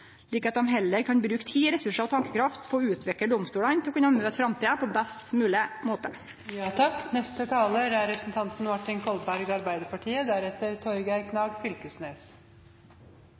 slik at dei heller kan bruke tid, ressursar og tankekraft på å utvikle domstolane til å kunne møte framtida på best mogleg måte. Det er